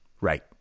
Right